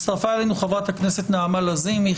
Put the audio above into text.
הצטרפה אלינו חברת הכנסת נעמה לזימי,